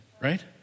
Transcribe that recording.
Right